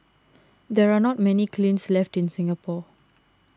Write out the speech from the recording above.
there are not many kilns left in Singapore